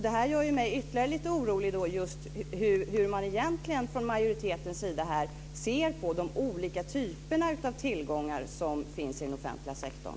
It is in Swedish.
Det här gör mig ytterligare orolig. Jag undrar hur man från majoritetens sida egentligen ser på de olika typer av tillgångar som finns i den offentliga sektorn.